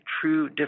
true